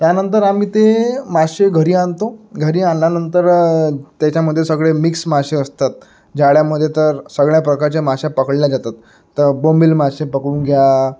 त्यानंतर आम्ही ते मासे घरी आणतो घरी आणल्यानंतर त्याच्यामध्ये सगळे मिक्स मासे असतात जाळ्यामध्ये तर सगळ्या प्रकारच्या मासे पकडले जातात तर बोंबिल मासे पकडून घ्या